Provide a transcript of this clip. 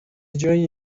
جای